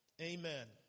Amen